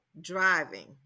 driving